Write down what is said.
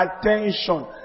attention